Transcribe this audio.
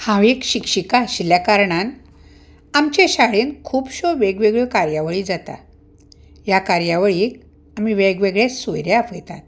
हांव एक शिक्षीका आशिल्ल्या कारणान आमचे शाळेंत खुबश्यो वेग वेगळ्यो कार्यावळी जाता ह्या कार्यावळीक आमी वेग वेगळे सोयरे आपयतात